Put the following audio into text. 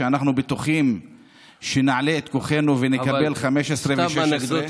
ואנחנו בטוחים שנעלה את כוחנו ונקבל 15 ו-16,